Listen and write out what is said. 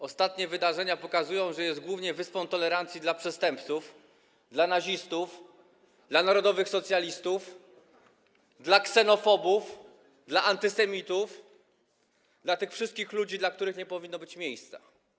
Ostatnie wydarzenia pokazują, że jest głównie wyspą tolerancji dla przestępców, dla nazistów, dla narodowych socjalistów, dla ksenofobów, dla antysemitów, dla tych wszystkich ludzi, dla których nie powinno być miejsca.